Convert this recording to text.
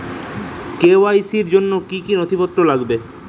KYC র জন্য কি কি নথিপত্র লাগবে?